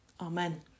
Amen